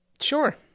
Sure